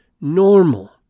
normal